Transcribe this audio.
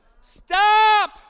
Stop